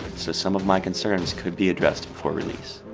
so some of my concerns could be addressed before release.